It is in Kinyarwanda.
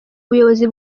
ubuyobozi